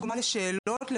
דוגמא לשאלות,